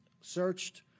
searched